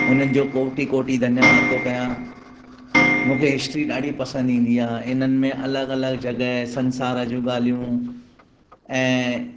हुननि जो कोटि कोटि धन्यवाद थो कयां मूंखे हिस्ट्री ॾाढी पसंदि ईंदी आहे इन्हनि में अलॻि अलॻि जॻहि संसार जूं ॻाल्हियूं ऐं